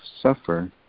suffer